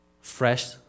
fresh